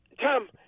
Tom